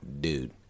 dude